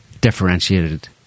differentiated